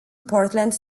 portland